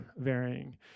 varying